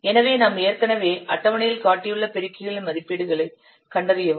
எனவே நாம் ஏற்கனவே அட்டவணையில் காட்டியுள்ள பெருக்கிகளின் மதிப்புகளைக் கண்டறியவும்